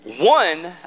One